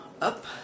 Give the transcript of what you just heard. up